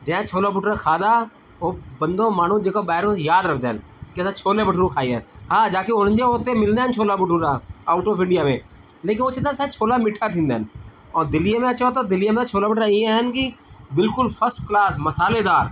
जएं छोला भटूरा खाधा ओ बंदो माण्हू जेको ॿाहिरियों यादि रखंदा आहिनि की असां छोले भटूरे खाई आयासि हा जाकी उन्हनि जे उते मिलंदा आहिनि chhola bhatura out of India में लेकिन हो चइनि था असांजा छोला मिठा थींदा आहिनि ऐं दिल्लीअ में अचो त दिल्लीअ में छोला भटूरा ईअं आहिनि की बिल्कुलु फ्रस्ट क्लास मसालेदार